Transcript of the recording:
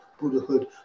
Buddhahood